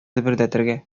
дөбердәтергә